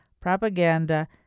propaganda